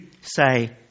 say